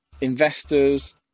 investors